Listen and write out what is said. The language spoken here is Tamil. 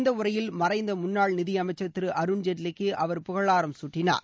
இந்த உரையில் மறைந்த முன்னாள் நிதியமைச்சர் அருண் ஜேட்லிக்கு அவர் புகழாரம் சூட்டினார்